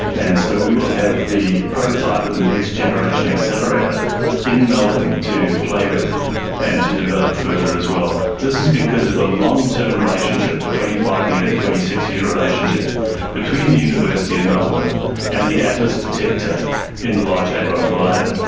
and so we will have the prototype of the next generation accelerator in melbourne to play with and to develop further as well. this is because of a long-term relationship, a but twenty five year, twenty six year relationship between the university of melbourne and the atlas detector in the large hadron collider.